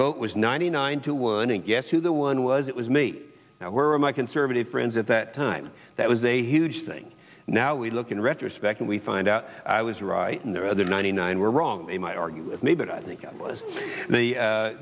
vote was ninety nine to one and guess who the one was it was me now were my conservative friends at that time that was a huge thing now we look in retrospect and we find out i was right and the other ninety nine were wrong they might argue with me but i think it was the